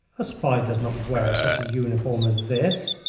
a spy does not wear such a uniform as this,